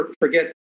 forget